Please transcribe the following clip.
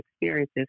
experiences